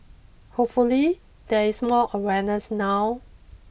hopefully there is more awareness now